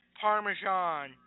parmesan